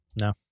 No